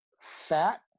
fat